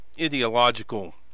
ideological